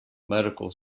medical